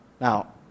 Now